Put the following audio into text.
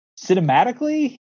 cinematically